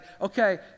okay